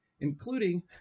including